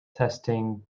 testing